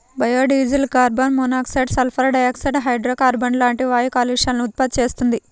biodiesel carbon monoxide, sulphur dioxide, హైడ్రోకార్బన్లు లాంటి వాయు కాలుష్యాలను ఉత్పత్తి చేస్తుంది